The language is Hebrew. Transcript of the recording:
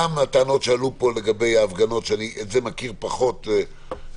גם על טענות שעלו פה לגבי ההפגנות אני את זה מכיר פחות באופן